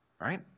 Right